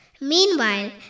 Meanwhile